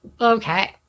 Okay